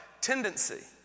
tendency